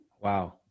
Wow